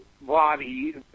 body